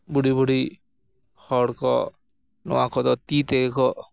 ᱵᱩᱰᱷᱤ ᱵᱩᱰᱷᱤ ᱦᱚᱲ ᱠᱚ ᱱᱚᱣᱟ ᱠᱚᱫᱚ ᱛᱤ ᱛᱮᱜᱮ ᱠᱚ